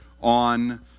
on